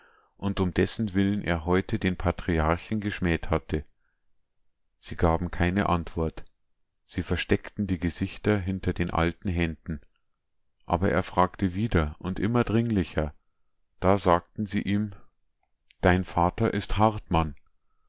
und um dessentwillen er heute den patriarchen geschmäht hatte sie gaben keine antwort sie versteckten die gesichter hinter den alten händen aber er fragte wieder und immer dringlicher da sagten sie ihm dein vater ist hartmann